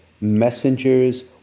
messengers